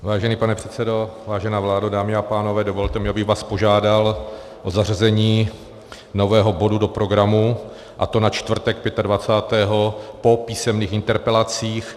Vážený pane předsedo, vážená vládo, dámy a pánové, dovolte mi, abych vás požádal o zařazení nového bodu do programu, a to na čtvrtek 25. po písemných interpelacích.